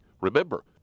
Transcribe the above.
Remember